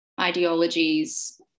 ideologies